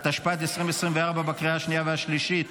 לקריאה השנייה והשלישית.